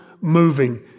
moving